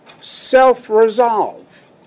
self-resolve